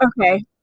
Okay